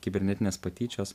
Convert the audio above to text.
kibernetinės patyčios